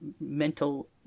mental